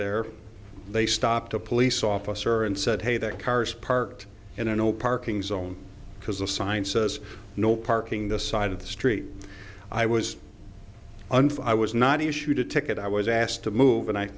there they stopped a police officer and said hey that car's parked in a no parking zone because of sciences no parking this side of the street i was unfit was not issued a ticket i was asked to move and i